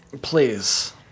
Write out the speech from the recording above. Please